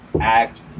act